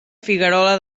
figuerola